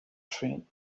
train